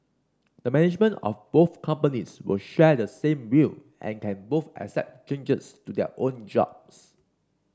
the management of both companies will share the same will and can both accept changes to their own jobs